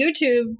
YouTube